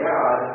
God